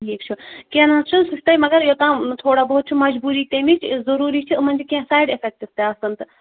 ٹھیٖک چھُ کیٚنٛہہ نَہ حظ چھُنہٕ سُہ چھُ تۄہہِ مگر یوٚتام تھوڑا بہت چھُ مَجبوٗری تَمِچ ضُروٗری چھِ یِمَن چھِ کیٚنٛہہ سایڈ اِفٮ۪کٹٕس تہِ آسَن تہٕ